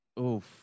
Oof